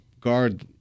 guard